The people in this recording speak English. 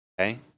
Okay